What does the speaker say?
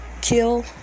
kill